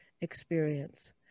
experience